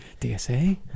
DSA